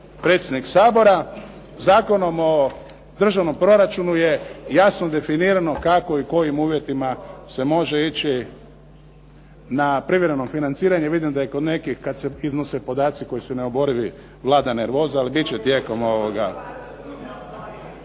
predsjednik Sabora, Zakonom o državnom proračunu je jasno definirano kako i kojim uvjetima se može ići na privremeno financiranje. Vidim da je kod nekih kada se iznose podaci koji su neoborivi, vlada nervoza. **Bebić, Luka